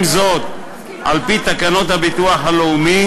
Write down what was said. עם זאת, על-פי תקנות הביטוח הלאומי,